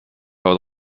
how